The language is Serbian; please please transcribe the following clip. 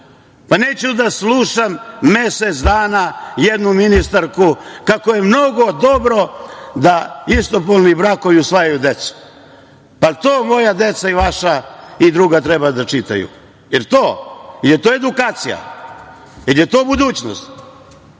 Neću da slušam mesec dana jednu ministarku kako je mnogo dobro da istopolni brakovi usvajaju decu. Da li to moja deca i vaša i druga treba da čitaju? Jel to? Da li je to edukacija? Da li je to budućnost?